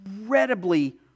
incredibly